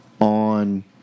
on